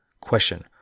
Question